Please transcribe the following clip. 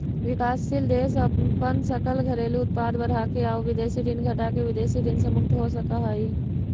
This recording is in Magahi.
विकासशील देश अपन सकल घरेलू उत्पाद बढ़ाके आउ विदेशी ऋण घटाके विदेशी ऋण से मुक्त हो सकऽ हइ